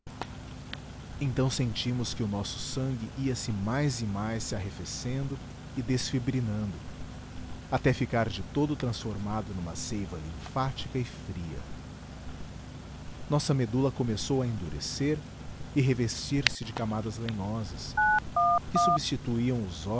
então sentimos que o nosso sangue ia-se a mais e mais se arrefecendo e desfibrinando até ficar de todo transformado numa seiva linfática e fria nossa medula começou a endurecer e revestir se de camadas lenhosas que substituíam os